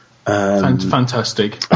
Fantastic